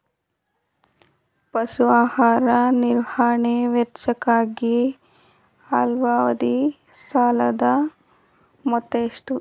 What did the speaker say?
ಪಶು ಆಹಾರ ನಿರ್ವಹಣೆ ವೆಚ್ಚಕ್ಕಾಗಿ ಅಲ್ಪಾವಧಿ ಸಾಲದ ಮೊತ್ತ ಎಷ್ಟು?